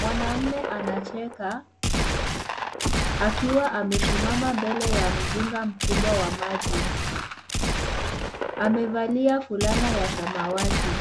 Mwanamume anacheka akiwa amesimama mbele ya mzinga mkubwa wa maji. Amevalia fulana ya samawati.